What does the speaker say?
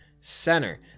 center